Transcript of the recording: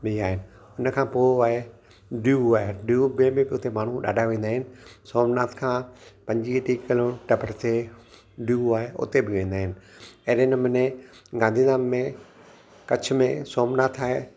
बि आहिनि हुन खां पोइ आहे दीव वेह दीव बे में बि माण्हू ॾाढा वेंदा आहिनि सोमनाथ खां पंजीह टीह किलोमीटर परते दीव आहे हुते बि वेंदा आहिनि अहिड़े नमूने गांधीधाम में कच्छ में सोमनाथ आहे